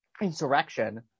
insurrection